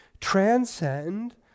transcend